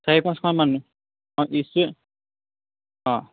চাৰি পাঁচশমান মানুহ অঁ ডিচি অঁ